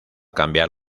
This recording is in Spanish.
cambiar